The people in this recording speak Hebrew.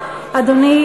אדוני,